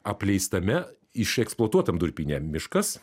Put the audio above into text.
apleistame išeksploatuotam durpyne miškas